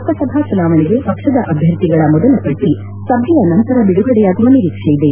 ಲೋಕಸಭಾ ಚುನಾವಣೆಗೆ ಪಕ್ಷದ ಅಭ್ಯರ್ಥಿಗಳ ಮೊದಲ ಪಟ್ಟ ಸಭೆಯ ನಂತರ ಬಿಡುಗಡೆಯಾಗುವ ನಿರೀಕ್ಷೆ ಇದೆ